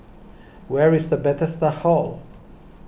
where is the Bethesda Hall